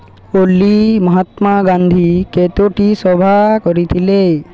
ଓଲି ମହାତ୍ମା ଗାନ୍ଧୀ କେତୋଟି ସଭା କରିଥିଲେ